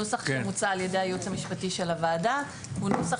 הנוסח המוצע על ידי הייעוץ המשפטי של הוועדה הוא נוסח